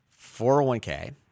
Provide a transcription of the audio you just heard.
401k